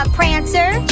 prancer